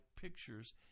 pictures